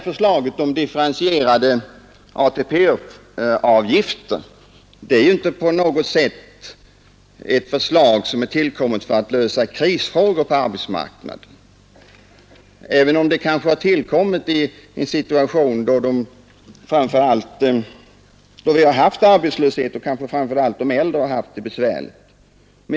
Förslaget om differentierade ATP-avgifter har ju inte tillkommit för att lösa krisfrågor på arbetsmarknaden, även om det kanske har tillkommit i en tid då vi har haft stor arbetslöshet och då framför allt de äldre har haft det besvärligt på arbetsmarknaden.